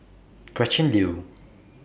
Gretchen Liu